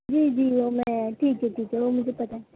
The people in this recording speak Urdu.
جی جی اور میں ٹھیک ہے ٹھیک ہے وہ مجھے پتا ہے